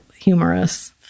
humorous